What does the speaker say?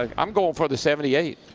like i'm going for the seventy eight.